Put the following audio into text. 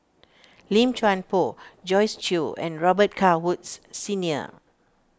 Lim Chuan Poh Joyce Jue and Robet Carr Woods Senior